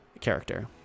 character